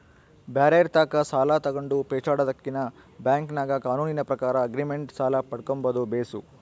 ಬ್ಯಾರೆರ್ ತಾಕ ಸಾಲ ತಗಂಡು ಪೇಚಾಡದಕಿನ್ನ ಬ್ಯಾಂಕಿನಾಗ ಕಾನೂನಿನ ಪ್ರಕಾರ ಆಗ್ರಿಮೆಂಟ್ ಸಾಲ ಪಡ್ಕಂಬದು ಬೇಸು